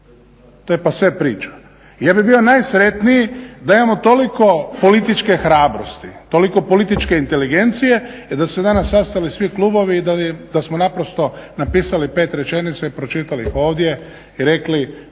to je pase priča. Ja bih bio najsretniji da imamo toliko političke hrabrosti, toliko političke inteligencije je da su se danas sastali svi klubovi i da smo naprosto napisali pet rečenica i pročitali ih ovdje i rekli